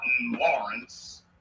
Lawrence